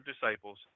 disciples